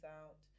out